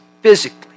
physically